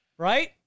Right